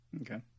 Okay